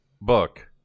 book